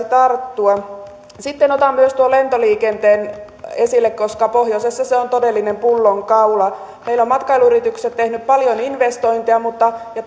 tarttua sitten otan myös tuon lentoliikenteen esille koska pohjoisessa se on todellinen pullonkaula meillä ovat matkailuyritykset tehneet paljon investointeja ja